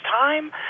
time